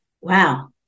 Wow